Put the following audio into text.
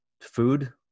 food